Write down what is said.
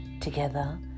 Together